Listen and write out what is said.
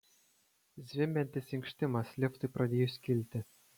zvimbiantis inkštimas liftui pradėjus kilti